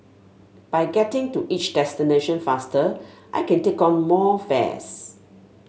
by getting to each destination faster I can take on more fares